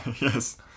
Yes